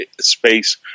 space